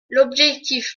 l’objectif